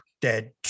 Dead